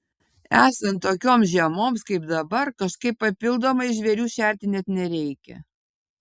esant tokioms žiemoms kaip dabar kažkaip papildomai žvėrių šerti net nereikia